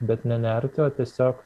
bet ne nerti o tiesiog